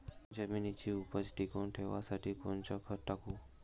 जमिनीची उपज टिकून ठेवासाठी कोनचं खत टाकू?